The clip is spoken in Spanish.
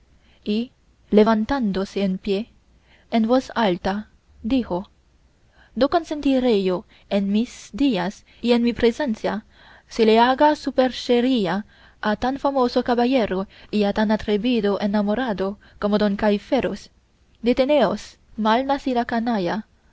y levantándose en pie en voz alta dijo no consentiré yo en mis días y en mi presencia se le haga superchería a tan famoso caballero y a tan atrevido enamorado como don gaiferos deteneos mal nacida canalla